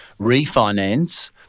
refinance